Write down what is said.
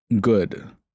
good